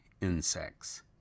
insects